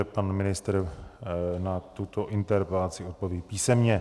Pan ministr na tuto interpelaci odpoví písemně.